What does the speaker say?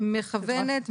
מכוונת,